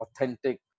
authentic